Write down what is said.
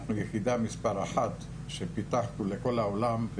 אנחנו יחידה מספר אחת שפיתחנו לכל העולם,